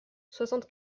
soixante